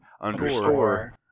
Underscore